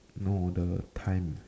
no the time